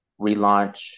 relaunch